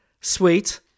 sweet